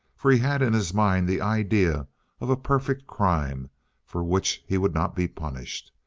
for he had in his mind the idea of a perfect crime for which he would not be punished.